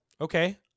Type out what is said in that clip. Okay